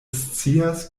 scias